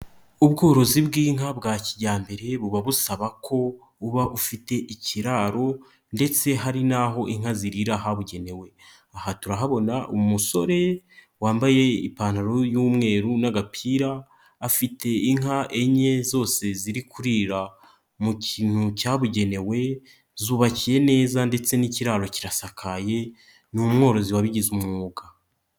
Ubworozi bw'inka bwa kijyambere buba busaba ko uba ufite ikiraro ndetse hari n'aho inka zirira habugenewe, aha turahabona umusore wambaye ipantaro y'umweru n'agapira afite inka enye zose ziri kurira mu kintu cyabugenewe zubakiye neza ndetse n'ikiraro kirasakaye n'umworozi wabigize umwuga.